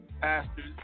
pastors